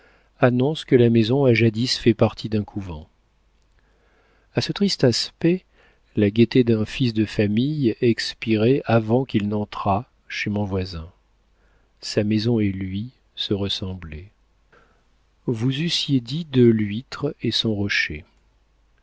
annonce que la maison a jadis fait partie d'un couvent a ce triste aspect la gaieté d'un fils de famille expirait avant qu'il entrât chez mon voisin sa maison et lui se ressemblaient vous eussiez dit de l'huître et son rocher